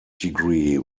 degree